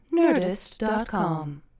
Nerdist.com